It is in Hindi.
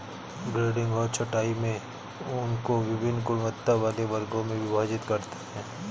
ग्रेडिंग और छँटाई में ऊन को वभिन्न गुणवत्ता वाले वर्गों में विभाजित करते हैं